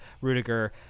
Rudiger